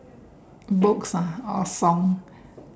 books ah or song